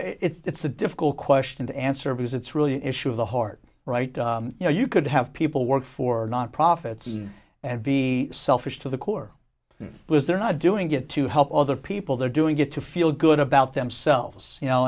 know it's a difficult question to answer because it's really an issue of the heart right you know you could have people work for nonprofits and be selfish to the core because they're not doing it to help other people they're doing it to feel good about themselves you know